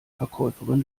verkäuferin